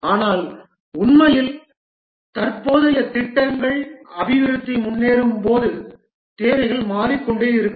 ஆனால் உண்மையில் தற்போதைய திட்டங்கள் அபிவிருத்தி முன்னேறும்போது தேவைகள் மாறிக்கொண்டே இருக்கும்